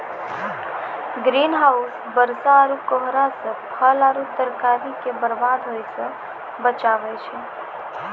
green house बरसा आरु कोहरा से फल आरु तरकारी के बरबाद होय से बचाबै छै